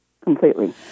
Completely